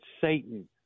Satan